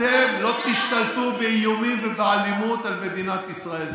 אתם לא תשתלטו באיומים ובאלימות על מדינת ישראל.